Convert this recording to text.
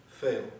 fail